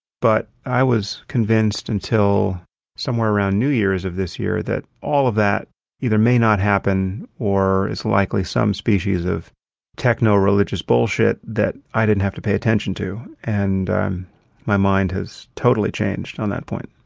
but i was convinced until somewhere around new year's of this year that all of that either may not happen or is likely some species of techno religious bullshit that i didn't have to pay attention to. and um my mind has totally changed on that point.